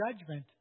judgment